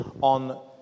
on